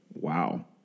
Wow